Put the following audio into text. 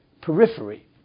periphery